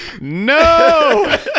No